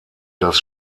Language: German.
das